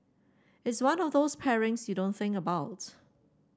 it's one of those pairings you don't think about